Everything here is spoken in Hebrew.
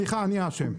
סליחה אני אשם,